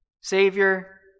Savior